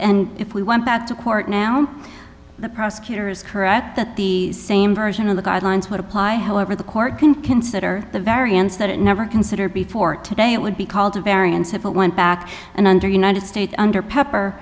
and if we went back to court now the prosecutor is correct that the same version of the guidelines would apply however the court can consider the variance that it never considered before today it would be called a variance if it went back and under united state under pepper